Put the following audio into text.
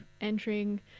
entering